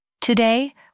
Today